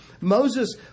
Moses